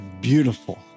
beautiful